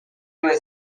was